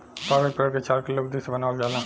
कागज पेड़ के छाल के लुगदी के बनावल जाला